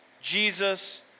jesus